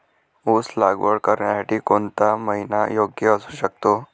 ऊस लागवड करण्यासाठी कोणता महिना योग्य असू शकतो?